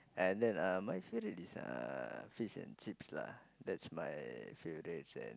and then um my favourite is uh fish and chips lah that's my favourite and